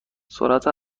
سرعت